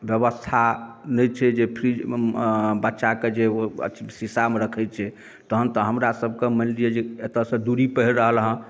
व्यवस्था नहि छै जे फ्रीजमे बच्चा कऽ जे अथी शीशामे रखैत छै तहन तऽ हमरा सब कऽ मानि लिअ जे एतऽसँ दूरी पड़ि रहल हँ